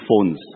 phones